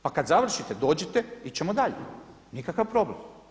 Pa kad završite dođite ići ćemo dalje, nikakav problem.